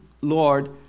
Lord